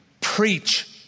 preach